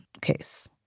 case